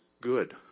good